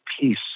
peace